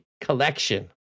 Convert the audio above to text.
collection